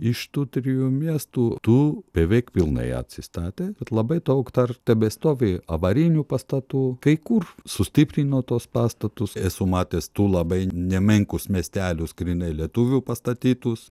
iš tų trijų miestų du beveik pilnai atsistatė bet labai daug dar tebestovi avarinių pastatų kai kur sustiprino tuos pastatus esu matęs du labai nemenkus miestelius grynai lietuvių pastatytus